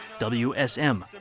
WSM